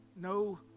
no